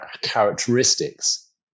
characteristics